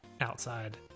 outside